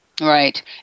Right